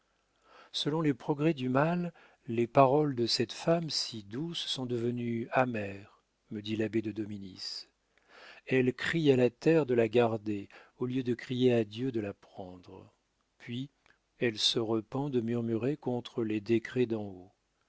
selon les progrès du mal les paroles de cette femme si douce sont devenues amères me dit l'abbé de dominis elle crie à la terre de la garder au lieu de crier à dieu de la prendre puis elle se repent de murmurer contre les décrets d'en haut